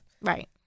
Right